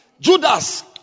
Judas